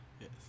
yes